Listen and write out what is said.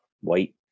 white